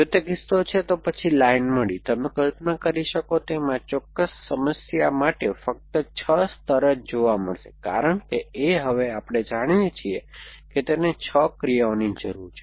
જો તે કિસ્સો છે તો પછી લાઇન મળી તમે કલ્પના કરી શકો તેમ આ ચોક્કસ સમસ્યા માટે ફક્ત 6 સ્તર જ જોવા મળશે કારણ કે A હવે આપણે જાણીએ છીએ કે તેને 6 ક્રિયાઓની જરૂર છે